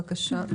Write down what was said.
בבקשה,